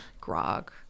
Grog